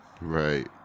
Right